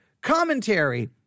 commentary